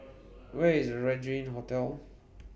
Where IS Regin Hotel